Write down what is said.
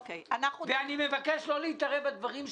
אני מבקש לא להתערב בדברים שלה.